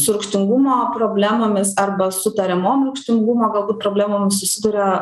su rūgštingumo problemomis arba su tariamom rūgštingumo galbūt problemom susiduria